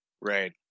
Right